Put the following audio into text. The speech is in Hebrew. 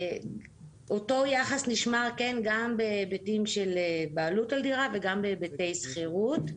אותו יחס נשמר גם בהיבטים של בעלות על דירה וגם בהיבטי שכירות.